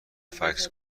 فکس